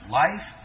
life